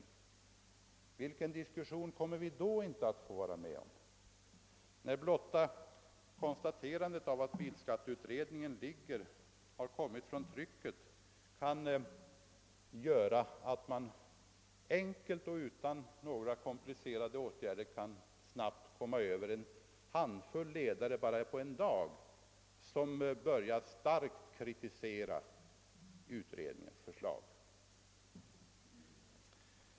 Man gör här den reflexionen mot bakgrunden av som jag nyss sade att i samma stund som bilskatteutredningens betänkande har kommit från trycket man omedelbart finner många tidningsledare som är starkt kritiskt inställda till utredningens förslag och omedelbart tar den tunga landsvägstrafikens parti.